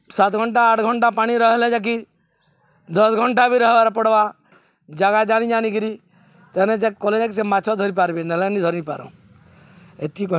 ସାତ୍ ଘଣ୍ଟା ଆଠ୍ ଘଣ୍ଟା ପାଣି ରହେଲେ ଯାକିର୍ ଦଶ୍ ଘଣ୍ଟା ବି ରହେବାର୍ ପଡ଼୍ବା ଜାଗା ଜାନିଜାନିକିରି ତେନେ ଯେ କଲେ ଯାକି ସେ ମାଛ୍ ଧରିପାର୍ବି ନେହେଲେ ନି ଧରିପାରନ୍ ଏତ୍କି କହେମି